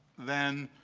then,